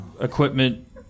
equipment